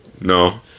No